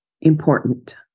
important